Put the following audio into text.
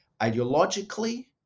ideologically